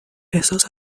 احساس